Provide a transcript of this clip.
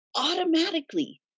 automatically